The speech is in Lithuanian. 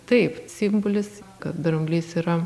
taip simbolis kad dramblys yra